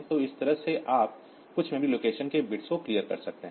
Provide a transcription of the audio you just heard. तो इस तरह से आप कुछ मेमोरी लोकेशन के बिट्स को क्लियर कर सकते हैं